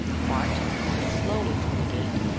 bart, moving slowly through the gate,